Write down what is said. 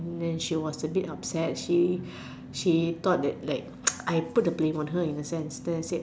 then she was a bit upset she she thought that I I put the blame on her in a sense then I said